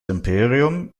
imperium